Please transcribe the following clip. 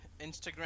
Instagram